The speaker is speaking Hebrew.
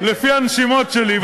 לפי הנשימות שלי.